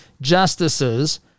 justices